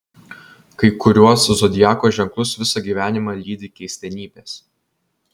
kai kuriuos zodiako ženklus visą gyvenimą lydi keistenybės